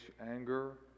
anger